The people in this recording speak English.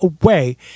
away